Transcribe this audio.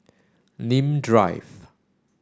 Nim Drive